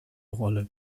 rolle